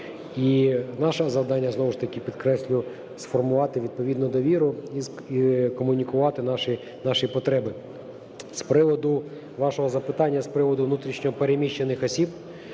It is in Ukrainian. І наше завдання, знову ж таки підкреслюю, - сформувати відповідну довіру і комунікувати наші потреби. З приводу вашого запитання з приводу внутрішньо переміщених осіб.